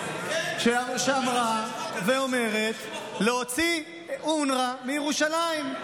שאמרה ואומרת להוציא את אונר"א מירושלים.